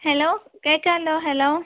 hello കേൾക്കാമല്ലോ hello